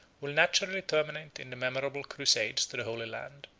will naturally terminate in the memorable crusades to the holy land,